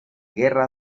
guerra